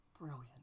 Brilliant